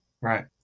Right